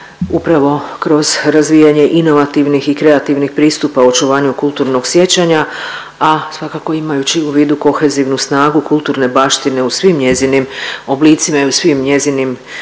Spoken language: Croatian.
upravo kroz razvijanje inovativnih i kreativnih pristupa u očuvanju kulturnog sjećanja, a svakako imajući u vidu kohezivnu snagu kulturne baštine u svim njezinim oblicima i u svim njezinim